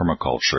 permaculture